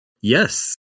Yes